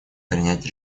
принять